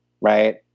right